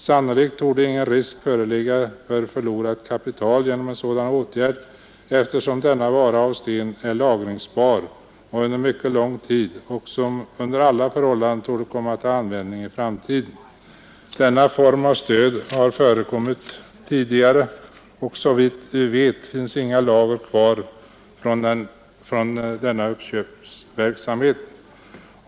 Sannolikt torde ingen risk föreligga för förlorat kapital genom en sådan åtgärd eftersom denna vara av sten är lagringsbar under mycket lång tid och under alla förhållanden torde komma till användning i framtiden. Denna form av stöd har förekommit tidigare och såvitt vi vet finns inga lager kvar från den uppköpsverksamheten.